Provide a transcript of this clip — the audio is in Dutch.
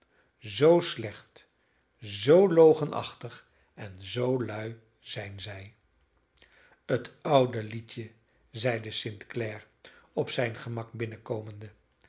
kan zoo slecht zoo logenachtig en zoo lui zijn zij het oude liedje zeide st clare op zijn gemak binnenkomende